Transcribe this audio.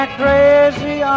crazy